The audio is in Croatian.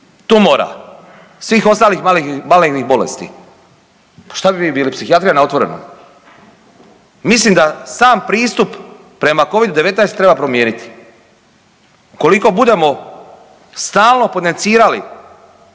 tumora, svih ostalih malignih bolesti, pa šta bi mi bili psihijatrija na otvorenom. Mislim da sam pristup prema Covidu-19 treba promijeniti. Koliko budemo stalno potencirali